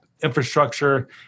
infrastructure